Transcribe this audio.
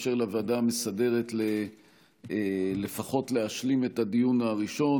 נאפשר לוועדה המסדרת לפחות להשלים את הדיון הראשון.